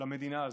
למדינה הזאת,